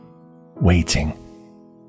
Waiting